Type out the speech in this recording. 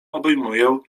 obejmuję